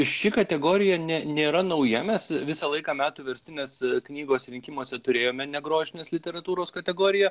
ši kategorija ne nėra nauja mes visą laiką metų verstinės knygos rinkimuose turėjome negrožinės literatūros kategoriją